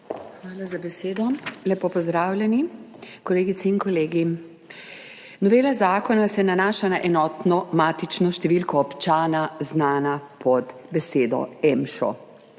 Hvala za besedo. Lepo pozdravljeni, kolegice in kolegi! Novela zakona se nanaša na enotno matično številko občana, znano pod besedo EMŠO.